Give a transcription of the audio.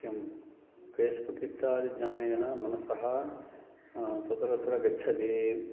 किं फ़ेस्बुक् इत्यादि ज्ञानेन मनसः तत्र तत्र गच्छति